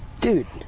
dude,